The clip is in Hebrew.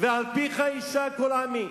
ועל פיך ישק כל עמי,